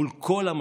מול כל המשווים: